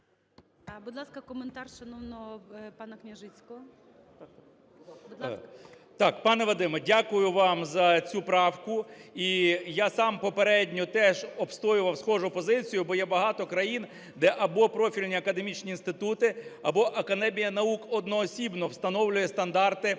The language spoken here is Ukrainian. Будь ласка, коментар шановного панаКняжицького. Будь ласка. КНЯЖИЦЬКИЙ М.Л. Так, пане Вадиме, дякую вам за цю правку. І я сам попередньо теж обстоював схожу позицію, бо є багато країн, де або профільні академічні інститути, або академія наук одноосібно встановлює стандарти